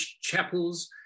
chapels